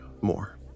more